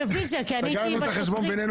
סגרנו את החשבון בינינו